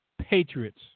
Patriots